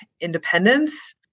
independence